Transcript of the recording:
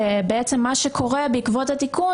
בעקבות התיקון,